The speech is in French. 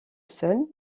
seul